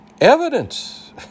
evidence